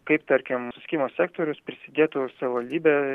kaip tarkim susisiekimo sektorius prisidėtų savivaldybė